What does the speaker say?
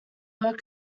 were